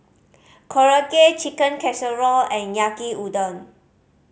Korokke Chicken Casserole and Yaki Udon